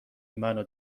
منو